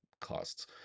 costs